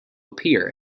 appear